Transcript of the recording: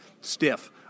stiff